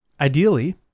ideally